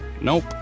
Nope